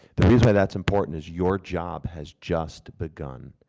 the reason why that's important is your job has just begun.